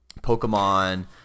Pokemon –